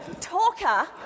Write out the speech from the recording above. talker